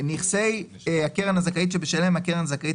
"נכסי הקרן הזכאית שבשלהם הקרן זכאית